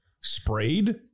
Sprayed